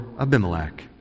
Abimelech